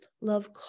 love